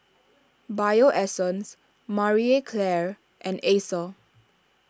Bio Essence Marie Claire and Acer